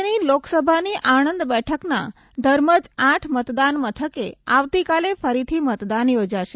રાજ્યની લોકસભાની આણંદ બેઠકના ધર્મજ આઠ મતદાન મથકે આવતીકાલે ફરીથી મતદાન યોજાશે